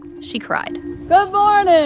she cried good ah and